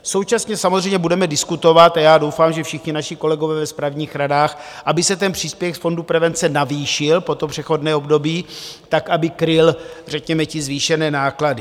Současně samozřejmě budeme diskutovat, a já doufám, že všichni naši kolegové, ve správních radách, aby se příspěvek z Fondu prevence navýšil po přechodné období tak, aby kryl řekněme ty zvýšené náklady.